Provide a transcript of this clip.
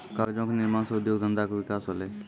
कागजो क निर्माण सँ उद्योग धंधा के विकास होलय